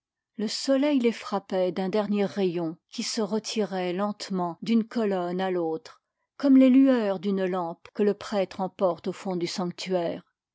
le soleil les frap pait d'un dernier rayon qui se retirait lentement d'une colonne à l'autre comme les lueurs d'une lampe que le prêtre emporte au fond du sanctuaire